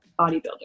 bodybuilder